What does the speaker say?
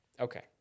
okay